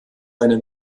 eine